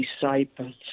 disciples